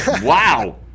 Wow